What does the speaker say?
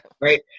Right